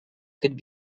could